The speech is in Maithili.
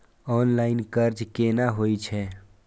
ऑनलाईन कर्ज केना होई छै?